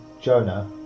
Jonah